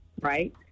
right